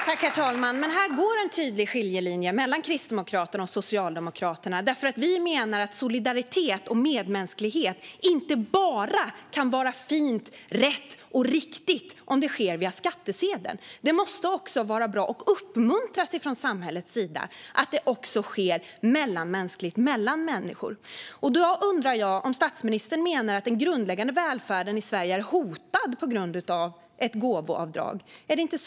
Herr talman! Här går en tydlig skiljelinje mellan Kristdemokraterna och Socialdemokraterna. Vi menar att solidaritet och medmänsklighet inte kan vara fint, rätt och riktigt bara om det sker via skattsedeln. Det måste också vara bra, och uppmuntras från samhällets sida, att det även sker mellan människor. Jag undrar om statsministern menar att den grundläggande välfärden i Sverige är hotad på grund av ett gåvoavdrag.